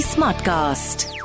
Smartcast